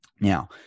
Now